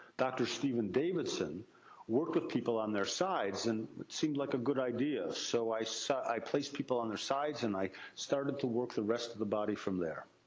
dr. steven davidson worked with people on their sides, and it seemed like a good idea. so so i placed people on their sides, and i started to work the rest of the body from there.